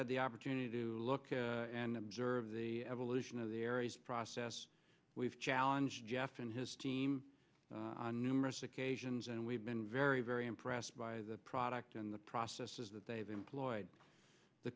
had the opportunity to look and observe the evolution of the aries process we've challenge jeff and his team on numerous occasions and we've been very very impressed by the product and the processes that they've employed the